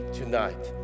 tonight